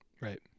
Right